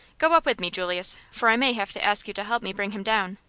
go up with me, julius, for i may have to ask you to help me bring him down.